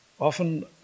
often